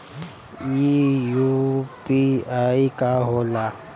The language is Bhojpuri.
ई यू.पी.आई का होला?